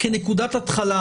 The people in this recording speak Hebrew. כנקודת התחלה.